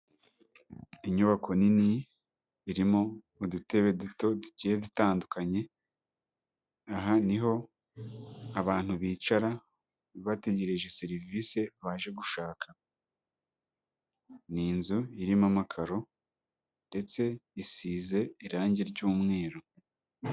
Inyubako nini irimo udutebe duto tugiye dutandukanye, aha niho abantu bicara bategereje serivisi baje gushaka. Ni inzu irimo amakaro ndetse isize irangi ry'umweru.